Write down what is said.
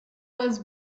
was